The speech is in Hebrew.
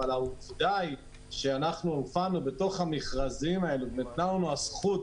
אבל העובדה היא שאנחנו הופענו בתוך המכרזים האלה וניתנה לנו הזכות